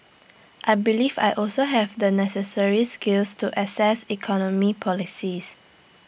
I believe I also have the necessary skills to assess economic policies